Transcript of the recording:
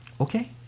Okay